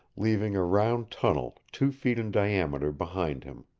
leaving a round tunnel two feet in diameter behind him.